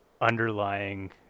underlying